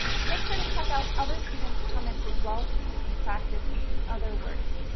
do make sure to check out other students' comments as well so that you can practice and see other words.